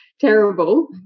terrible